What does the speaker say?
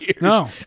No